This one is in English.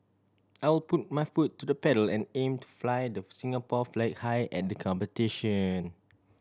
I will put my foot to the pedal and aim to fly the Singapore flag high at the competition